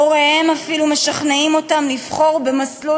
הוריהם אפילו משכנעים אותם לבחור במסלול